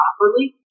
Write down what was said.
properly